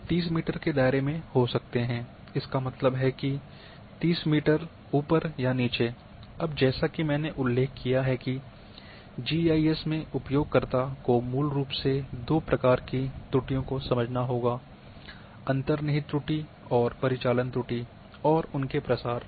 वे 30 metre के दायरे में हो सकते हैं इसका मतलब है कि 30 मीटर ऊपर या नीचे अब जैसा कि मैंने उल्लेख किया है कि जीआईएस में उपयोगकर्ताओं को मूल रूप से दो प्रकार की त्रुटियों को समझना होगा अंतर्निहित त्रुटि और परिचालन त्रुटि और उनके प्रसार